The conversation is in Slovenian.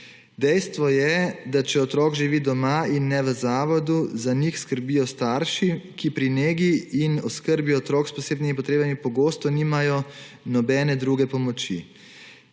Dejstvo je, da če otrok živi doma in ne v zavodu, za njega skrbijo starši, ki pri negi in oskrbi otrok s posebnimi potrebami pogosto nimajo nobene druge pomoči.